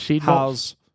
house